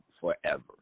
forever